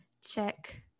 check